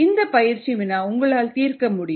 இந்த பயிற்சி வினா உங்களால் தீர்க்க முடியும்